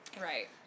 Right